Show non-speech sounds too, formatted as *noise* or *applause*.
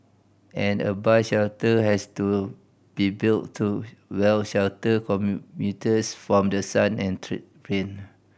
and a bus shelter has to be built to well shelter commuters from the sun and *unintelligible* rain